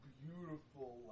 beautiful